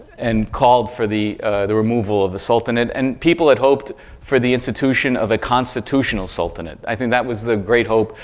and called for the the removal of the sultanate. and people had hoped for the institution of a constitutional sultanate. i think that was the great hope,